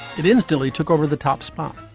it instantly took over the top spot.